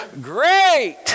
great